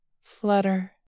flutter